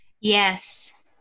Yes